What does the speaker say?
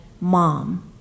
Mom